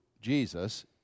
Jesus